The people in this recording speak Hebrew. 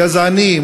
גזעני,